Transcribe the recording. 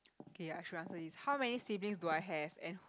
okay I should answer this how many siblings do I have and wh~